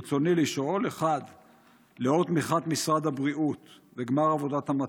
ברצוני לשאול: 1. לאור תמיכת משרד הבריאות וגמר עבודת המטה,